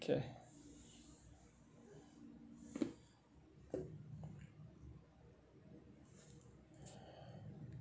okay